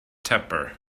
tepper